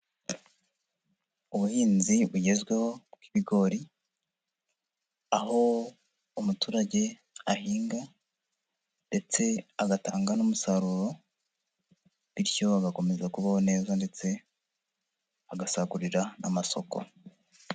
Ubuhinzi bugezweho bw'ibigori, aho umuturage ahinga, ndetse agatanga n'umusaruro, bityo agakomeza kubaho neza, ndetse agasagurira n'amasoko.